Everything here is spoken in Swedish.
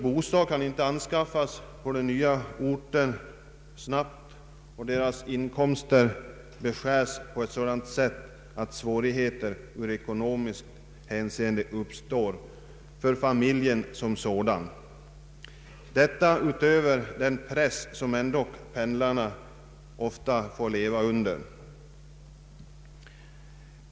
Bostad kan inte snabbt anskaffas på den nya orten och deras inkomster beskärs på ett sådant sätt, att ekonomiska svårigheter uppstår för familjen som sådan — detta utöver den press som pendlarna ändå ofta får leva under.